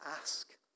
ask